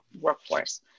workforce